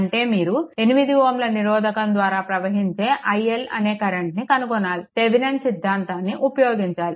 అంటే మీరు 8 Ω నిరోధకం ద్వారా ప్రవహించే iL అనే కరెంట్ని కనుగొనాలి థెవెనిన్ సిద్ధాంతాన్ని ఉపయోగించాలి